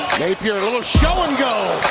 napier little show and go,